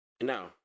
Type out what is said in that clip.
Now